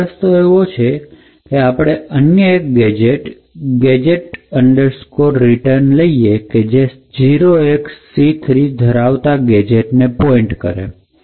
એક રસ્તો એવો છે કે આપણે અન્ય એક ગેજેટ Gadget Ret લઈએ કે જે 0xC3 ધરાવતા ગેજેટ ને પોઇન્ટ કરે છે